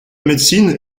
médecine